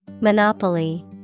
Monopoly